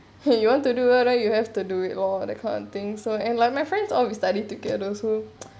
!hey! you want to do it right you have to do it lor that kind of thing so and like my friends all we study together also